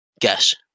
Guess